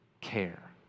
care